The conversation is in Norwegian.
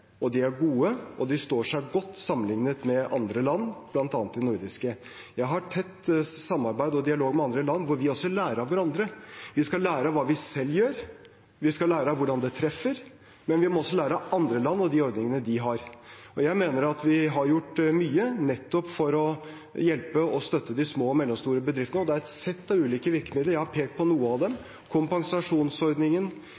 gode, og de står seg godt sammenlignet med ordningene til andre land, bl.a. de nordiske. Jeg har tett samarbeid og dialog med andre land, hvor vi også lærer av hverandre. Vi skal lære av hva vi selv gjør, vi skal lære av hvordan det treffer, og vi må lære av andre land og de ordningene de har. Jeg mener at vi har gjort mye nettopp for å hjelpe og støtte de små og mellomstore bedriftene. Det er et sett av ulike virkemidler, jeg har pekt på noen av